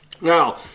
Now